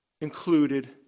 Included